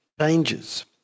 changes